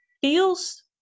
feels